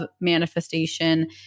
manifestation